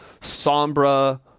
sombra